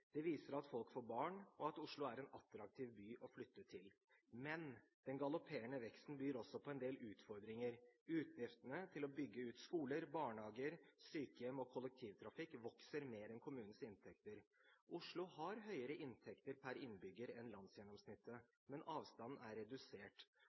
Det viser at folk får barn, og at Oslo er en attraktiv by å flytte til. Men den galopperende veksten byr også på en del utfordringer. Utgiftene til å bygge ut skoler, barnehager, sykehjem og kollektivtrafikk vokser mer enn kommunens inntekter. Oslo har høyere inntekt per innbygger enn